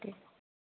दे